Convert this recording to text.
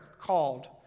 called